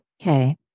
Okay